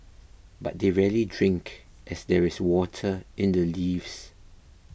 but they rarely drink as there is water in the leaves